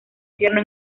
tierno